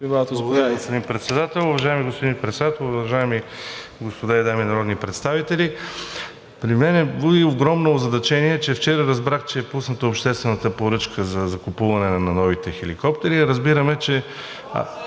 Благодаря господин Председател. Уважаеми господин Председател, уважаеми господа и дами народни представители! У мен буди огромно озадачение, че вчера разбрах, че е пусната обществената поръчка за закупуване на новите хеликоптери. (Реплики: